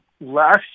last